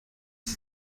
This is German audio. sie